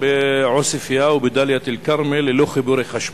בעוספיא ובדאלית-אל-כרמל ללא חיבורי חשמל.